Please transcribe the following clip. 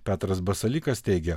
petras basalykas teigia